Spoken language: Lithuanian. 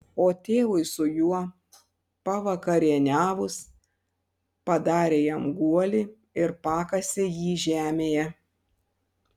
o tėvui su juo pavakarieniavus padarė jam guolį ir pakasė jį žemėje